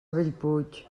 bellpuig